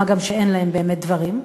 מה גם שאין להם באמת דברים,